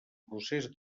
procés